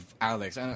Alex